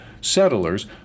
settlers